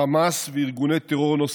חמאס וארגוני טרור נוספים.